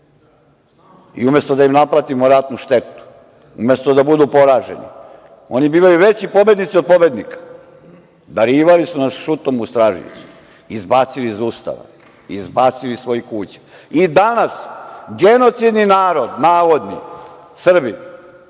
I umesto da im naplatimo ratnu štetu, umesto da budu poraženi, oni bivaju veći pobednici od pobednika. Darivali su nas šutom u stražnjicu, izbacili iz Ustava, izbacili iz svojih kuća, i danas genocidni narod, navodni, Srbi,